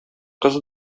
кыз